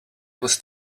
was